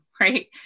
right